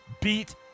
beat